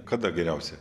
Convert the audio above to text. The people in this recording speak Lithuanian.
kada geriausia